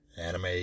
anime